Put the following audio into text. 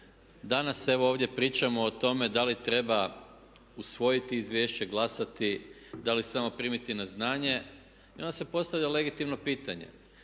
Danas evo ovdje pričamo o tome da li treba usvojiti izvješće, glasati, da li samo primiti na znanje i onda se postavlja legitimno pitanje